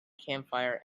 campfire